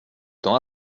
temps